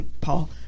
Paul